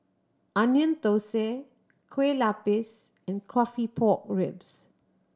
Onion Thosai Kueh Lapis and coffee pork ribs